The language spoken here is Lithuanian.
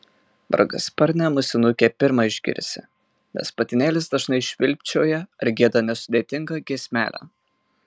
margasparnę musinukę pirma išgirsi nes patinėlis dažnai švilpčioja ar gieda nesudėtingą giesmelę